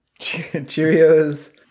Cheerios